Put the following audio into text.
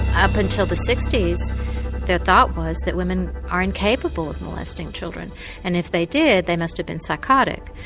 up until the sixty s the thought was that woman are incapable of molesting children and if they did they must have been psychotic.